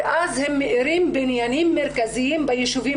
ואז הם מאירים בניינים מרכזיים ביישובים